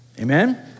Amen